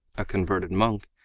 a converted monk,